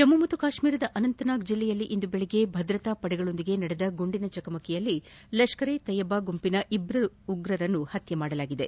ಜಮ್ನು ಮತ್ತು ಕಾಶ್ನೀರದ ಅನಂತನಾಗ್ ಜಿಲ್ಲೆಯಲ್ಲಿ ಇಂದು ಬೆಳಗ್ಗೆ ಭದ್ರತಾ ಪಡೆಗಳೊಂದಿಗೆ ನಡೆದ ಗುಂಡಿನ ಚಕಮಕಿಯಲ್ಲಿ ಲಷ್ಕರ್ ಎ ತಯ್ಲಾ ಗುಂಪಿನ ಇಬ್ಲರು ಉಗ್ರರನ್ನು ಹತ್ಲೆಮಾಡಲಾಗಿದೆ